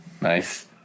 Nice